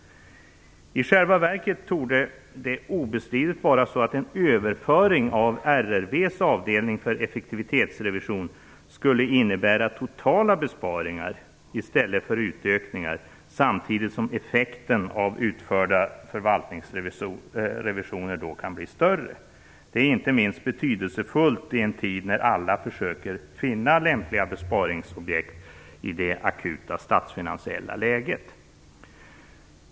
I själva verket torde det obestridligt vara så att en överföring av RRV:s avdelning för effektivitetsrevision skulle innebära totala besparingar i stället för utökningar, samtidigt som effekten av utförda förvaltningsrevisioner kan bli större. Det är inte minst betydelsefullt i en tid då alla försöker finna lämpliga besparingsobjekt i det akuta statsfinansiella läget.